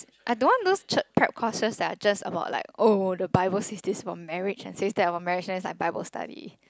I don't want those church prep courses that are just about like oh the Bible says this for marriage and says that about marriage then it's like Bible study